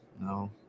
no